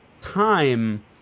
time